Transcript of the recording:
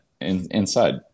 inside